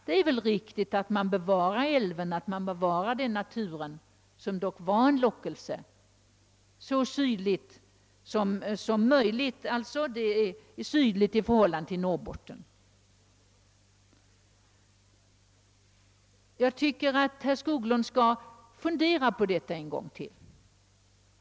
Det måste väl vara riktigt att bevara naturen och älven, som dock har stor lockelse, så långt söder ut som möjligt i förhållande till Norrbotten. Jag tycker att herr Skoglund skall fundera på detta en gång till.